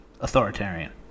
authoritarian